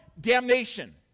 damnation